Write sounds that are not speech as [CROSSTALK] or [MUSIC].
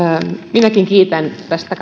minäkin kiitän tästä [UNINTELLIGIBLE]